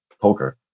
poker